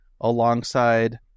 alongside